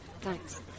thanks